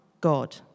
God